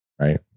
right